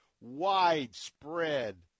widespread